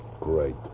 Great